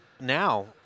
now